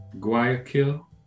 Guayaquil